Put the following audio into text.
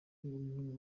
n’umwe